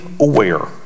aware